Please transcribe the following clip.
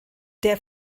der